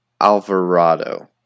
Alvarado